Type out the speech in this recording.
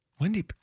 Wendy